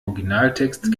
originaltext